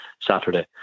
Saturday